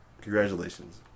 congratulations